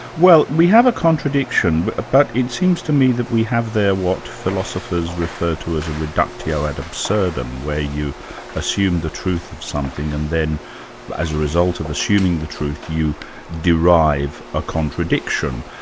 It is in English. well we have a contradiction, but it seems to me that we have there what philosophers refer to as a reductio ad absurdum, where you assume the truth of something and then as a result of assuming the truth, you derive a contradiction.